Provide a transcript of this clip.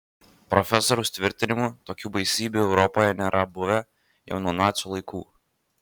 profesoriaus tvirtinimu tokių baisybių europoje nėra buvę jau nuo nacių laikų